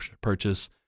purchase